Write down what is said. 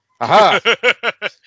Aha